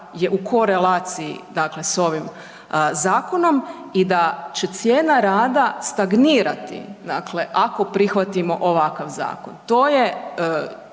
je u korelaciji dakle s ovim zakonom i da će cijena rada stagnirati, dakle, ako prihvatimo ovakav zakon.